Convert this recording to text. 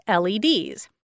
LEDs